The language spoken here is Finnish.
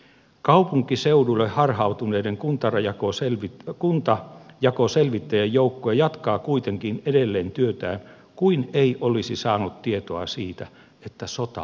kaupunkiseuduille harhautuneiden kuntajakoselvittäjien joukkue jatkaa kuitenkin edelleen työtään kuin ei olisi saanut tietoa siitä että sota on jo loppunut